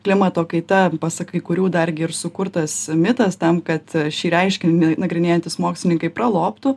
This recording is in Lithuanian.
klimato kaita pasak kai kurių dargi ir sukurtas mitas tam kad šį reiškinį nagrinėjantys mokslininkai pralobtų